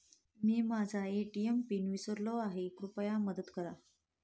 मी माझा ATM PIN विसरलो आहे, कृपया मदत करा